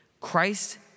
Christ